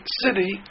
city